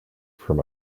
from